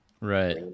Right